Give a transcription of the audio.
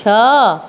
ଛଅ